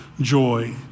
joy